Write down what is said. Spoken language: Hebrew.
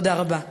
תודה רבה.